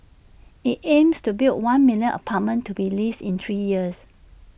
IT aims to build one million apartments to be leased in three years